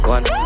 One